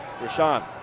Rashawn